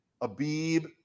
Abib